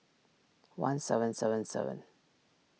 one seven seven seven